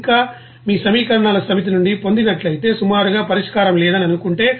ఇంకా మీ సమీకరణాల సమితి నుండి పొందినట్లయితే సుమారుగా పరిష్కారం లేదని అనుకుంటే